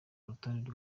urutonde